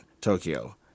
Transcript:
Tokyo